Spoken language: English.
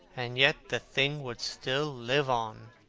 and yet the thing would still live on.